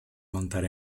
montar